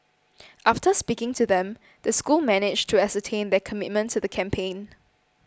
after speaking to them the school managed to ascertain their commitment to the campaign